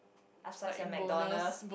upsize your MacDonald